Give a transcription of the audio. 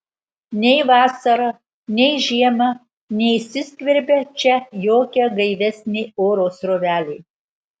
nei vasarą nei žiemą neįsiskverbia čia jokia gaivesnė oro srovelė